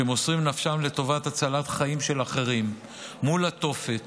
שמוסרים נפשם לטובת הצלת חיים של אחרים מול התופת